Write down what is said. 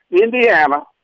Indiana